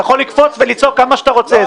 אתה יכול לקפוץ ולצעוק כמה שאתה רוצה,